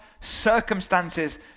circumstances